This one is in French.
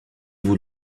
vous